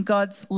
God's